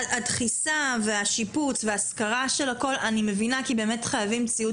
-- הדחיסה והשיפוץ וההשכרה של הכול אני מבינה כי באמת צריכים ציוד